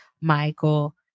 Michael